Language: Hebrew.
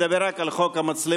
ידבר רק על חוק המצלמות.